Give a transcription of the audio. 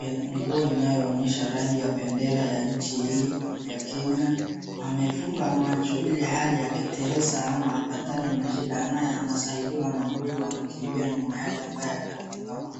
nguo inayoonyesha rangi ya bendera ya nchi hii ya Kenya. Amefunga macho ilihali akiteleza ama akipatani na shida anayosaidiwa na huyu anakimbia nyuma yake ambaye hajafunga macho.